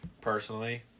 personally